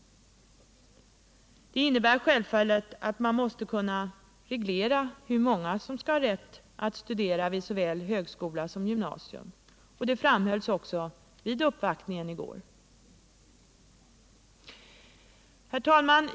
Detta innebär självfallet att man måste kunna reglera hur många som skall ha rätt att studera vid såväl högskola som gymnasium. Det framhölls också vid uppvaktningen i går. Herr talman!